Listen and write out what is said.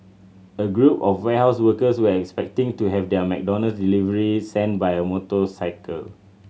a group of warehouse workers were expecting to have their McDonald's delivery sent by a motor cycle